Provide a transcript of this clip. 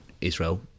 Israel